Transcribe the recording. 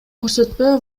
көрсөтпөө